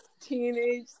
Teenage